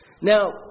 Now